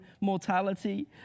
mortality